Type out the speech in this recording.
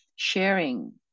sharing